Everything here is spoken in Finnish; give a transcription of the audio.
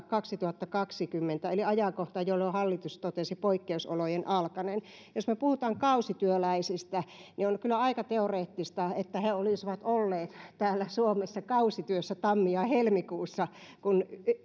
kaksituhattakaksikymmentä eli ajankohtaa jolloin hallitus totesi poikkeusolojen alkaneen jos me puhumme kausityöläisistä niin on kyllä aika teoreettista että he olisivat olleet täällä suomessa kausityössä tammi ja helmikuussa kun